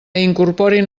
incorporin